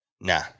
Nah